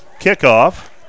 kickoff